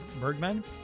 Bergman